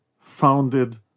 founded